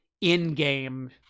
in-game